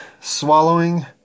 swallowing